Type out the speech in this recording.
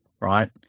right